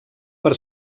per